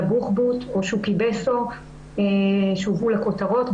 בוחבוט או שוקי בסו שהובאו לכותרות,